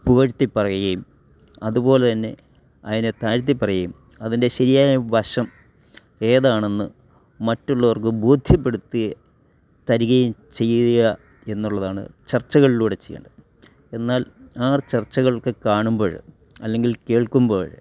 പുകഴ്ത്തി പറയുകേം അതുപോലെ തന്നെ അതിനെ താഴ്ത്തി പറയേം അതിൻ്റെ ശരിയായ വശം ഏതാണെന്ന് മറ്റുള്ളവർക്ക് ബോധ്യപ്പെടുത്തി തരുകയും ചെയ്യുകയാണ് എന്നുള്ളതാണ് ചർച്ചകളിലൂടെ ചെയ്യേണ്ടത് എന്നാൽ ആ ചർച്ചകളൊക്കെ കാണുമ്പോൾ അല്ലെങ്കിൽ കേൾക്കുമ്പോൾ